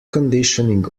conditioning